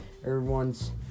Everyone's